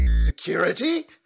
Security